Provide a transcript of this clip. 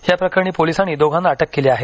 या प्रकरणी पोलिसांनी दोघांना अटक केली आहे